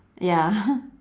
ya